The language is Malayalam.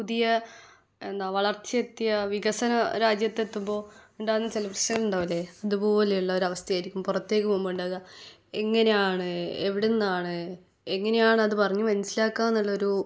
പുതിയ എന്താ വളർച്ചയെത്തിയ വികസന രാജ്യത്തെത്തുമ്പോൾ ഉണ്ടാകുന്ന ചില പ്രശ്നങ്ങൾ ഉണ്ടാവില്ലേ അതുപോലെയുള്ളൊരു അവസ്ഥയായിരിക്കും പുറത്തേക്കു പോവുമ്പോൾ ഉണ്ടാവുക എങ്ങനെയാണ് എവിടുന്നാണ് എങ്ങനെയാണ് അത് പറഞ്ഞു മനസ്സിലാക്കുകയെന്നുള്ളൊരു